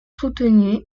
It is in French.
soutenus